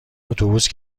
اتوبوس